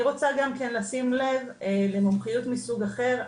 אני רוצה גם כן לשים לב למומחיות מסוג אחר.